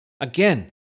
Again